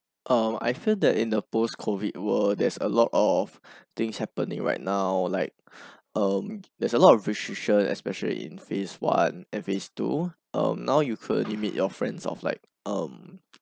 uh I feel that in the post COVID world there's a lot of things happening right now like um there's a lot of restrictions especially in phase one and phase two um now you could only meet your friends of like um